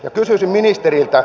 ja kysyisin ministeriltä